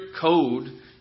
code